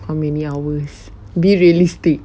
how many hours be realistic